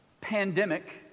Pandemic